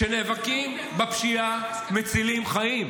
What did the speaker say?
כשנאבקים בפשיעה מצילים חיים.